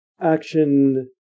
action